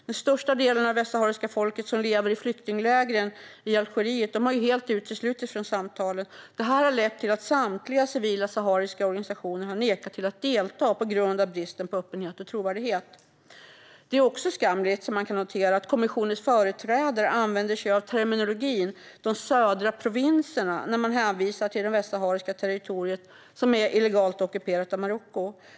Den största delen av det västsahariska folket som lever i flyktinglägren i Algeriet har ju helt uteslutits från samtalen, vilket har lett till att samtliga civila sahariska organisationer har nekat till att delta på grund av bristen på öppenhet och trovärdighet. Det är också skamligt att kommissionens företrädare använder sig av terminologin "de södra provinserna" när man hänvisar till de västsahariska territorier som är illegalt ockuperade av Marocko.